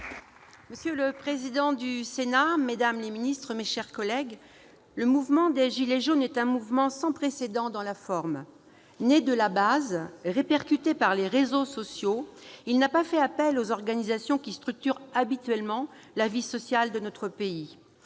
Monsieur le président, mesdames les ministres, mes chers collègues, le mouvement des « gilets jaunes » est sans précédent dans la forme : né de la base, répercuté par les réseaux sociaux, il n'a pas fait appel aux organisations qui structurent habituellement la vie sociale de notre pays.